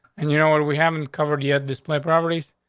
and you know what? we haven't covered yet display properties,